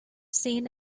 seen